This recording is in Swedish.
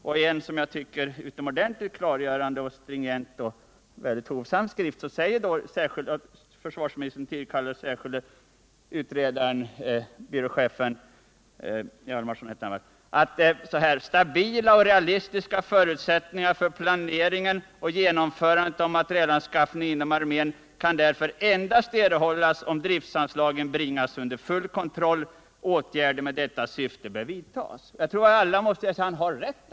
I en enligt min uppfattning mycket klargörande, stringent men också hovsam skrift säger den av försvarsministern särskilt tillkallade utredaren, byråchefen Hjalmarsson: Stabila och realistiska förutsättningar för planeringen och genomförandet av materielanskaffningen inom armén kan därför endast erhållas om driftsanslagen bringas under full kontroll. Åtgärder med detta syfte bör vidtas. Jag tror att alla måste inse att han har rätt.